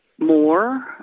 more